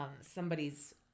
somebody's